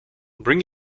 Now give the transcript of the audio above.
bring